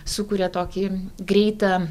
sukuria tokį greitą